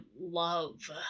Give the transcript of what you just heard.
love